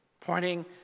pointing